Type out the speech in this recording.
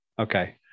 okay